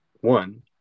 one